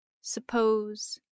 suppose